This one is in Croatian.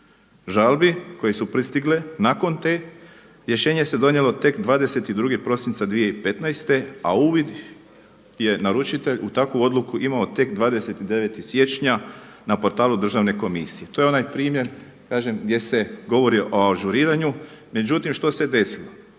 žalbi koje su pristigle nakon te rješenje se donijelo tek 22. prosinca 2015. a uvid je naručite u takvu odluku imao tek 29. siječnja na portalu Državne komisije. To je onaj primjer kažem gdje se govori o ažuriranju, međutim što se desilo?